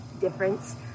difference